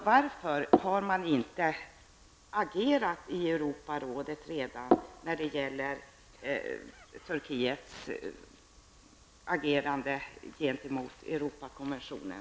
Varför har man inte redan agerat i Europarådet när det gäller Europakonventionen?